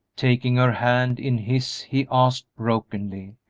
taking her hand in his, he asked, brokenly,